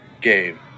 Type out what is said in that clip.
game